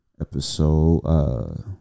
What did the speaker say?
episode